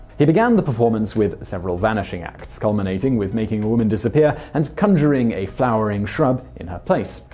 he began the performance with several vanishing acts, culminating with making a woman disappear and conjuring a flowering shrub in her place.